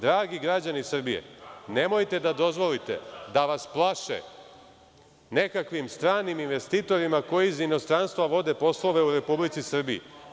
Dragi građani Srbije, nemojte da dozvolite da vas plaše nekakvim stranim investitorima, koji iz inostranstva vode poslove u Republici Srbiji.